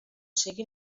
sigui